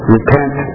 Repent